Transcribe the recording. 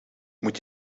moet